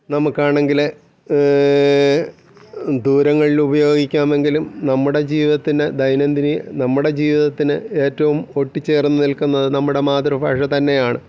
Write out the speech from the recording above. നമുക്കാണെങ്കില് ദൂരങ്ങളിലുപയോഗിക്കാമെങ്കിലും നമ്മുടെ ജീവിതത്തിന് ദൈന്യംധിരി നമ്മുടെ ജീവിതത്തിന് ഏറ്റവും ഒട്ടി ചേർന്ന് നിൽക്കുന്നത് നമ്മുടെ മാതൃഭാഷ തന്നെയാണ്